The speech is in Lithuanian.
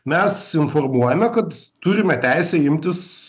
mes informuojame kad turime teisę imtis